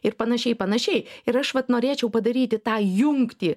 ir panašiai panašiai ir aš vat norėčiau padaryti tą jungtį